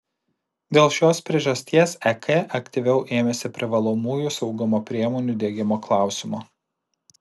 dėl šios priežasties ek aktyviau ėmėsi privalomųjų saugumo priemonių diegimo klausimo